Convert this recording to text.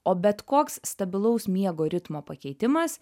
o bet koks stabilaus miego ritmo pakeitimas